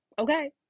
Okay